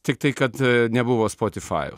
tiktai kad nebuvo spotifajaus